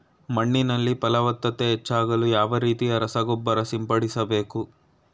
ಮಣ್ಣಿನಲ್ಲಿ ಫಲವತ್ತತೆ ಹೆಚ್ಚಾಗಲು ಯಾವ ರೀತಿಯ ರಸಗೊಬ್ಬರ ಸಿಂಪಡಿಸಬೇಕು?